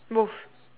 move